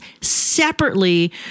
separately